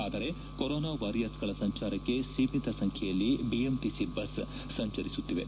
ಆದರೆ ಕೊರೊನಾ ವಾರಿಯರ್ಸ್ಗಳ ಸಂಚಾರಕ್ಕೆ ಸೀಮಿತ ಸಂಖ್ಯೆಯಲ್ಲಿ ಬಿಎಂಟಿಸಿ ಬಸ್ ಸಂಚರಿಸುತ್ತಿವೆ